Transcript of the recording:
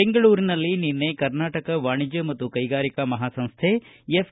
ಬೆಂಗಳೂರಿನಲ್ಲಿ ನಿನ್ನೆ ಕರ್ನಾಟಕ ವಾಣಿಜ್ಯ ಮತ್ತು ಕೈಗಾರಿಕಾ ಮಹಾಸಂಸ್ತೆ ಎಫ್